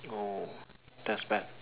oh that's bad